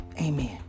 Amen